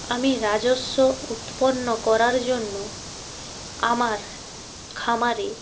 আমি রাজস্ব উৎপন্ন করার জন্য আমার খামারে